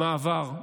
במעבר,